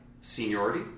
seniority